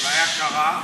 אולי הכרה?